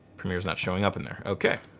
premiere's not showing up in there. okay.